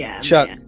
Chuck